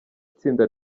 itsinda